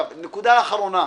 נקודה אחרונה: